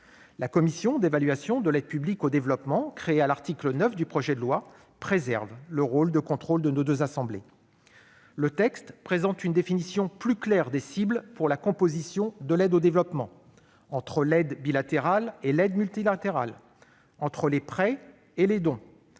La commission d'évaluation de l'aide publique au développement, créée à l'article 9 du projet de loi, préserve le rôle de contrôle de nos deux assemblées. Le texte présente une définition plus claire des cibles pour la composition de l'aide au développement, entre l'aide bilatérale et l'aide multilatérale, entre les prêts et les dons,